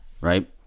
right